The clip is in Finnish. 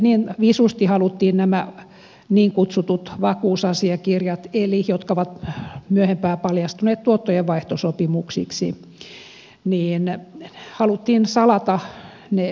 niin visusti haluttiin nämä niin kutsutut vakuusasiakirjat jotka ovat myöhemmin paljastuneet tuottojenvaihtosopimuksiksi salata julkisuudelta